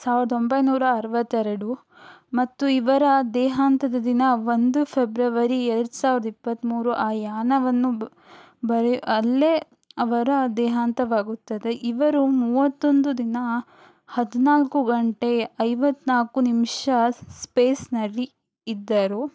ಸಾವಿರದ ಒಂಬೈನೂರ ಅರುವತ್ತೆರಡು ಮತ್ತು ಇವರ ದೇಹಾಂತ್ಯದ ದಿನ ಒಂದು ಫೆಬ್ರವರಿ ಎರಡು ಸಾವಿರದ ಇಪ್ಪತ್ಮೂರು ಆ ಯಾನವನ್ನು ಬ ಅಲ್ಲೇ ಅವರ ದೇಹಾಂತ್ಯವಾಗುತ್ತದೆ ಇವರು ಮೂವತ್ತೊಂದು ದಿನ ಹದಿನಾಲ್ಕು ಗಂಟೆ ಐವತ್ನಾಲ್ಕು ನಿಮಿಷ ಸ್ಪೇಸ್ನಲ್ಲಿ ಇದ್ದರು